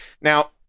Now